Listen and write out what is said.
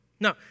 No